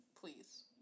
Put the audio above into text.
Please